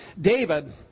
David